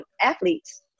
athletes